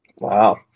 Wow